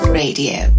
radio